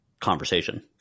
conversation